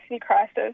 crisis